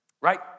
Right